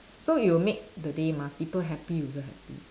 so you'll make the day mah people happy you also happy